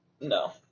No